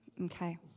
Okay